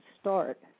start